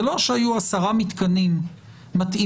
זה לא שהיו 10 מתקנים מתאימים,